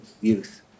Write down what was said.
youth